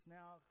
now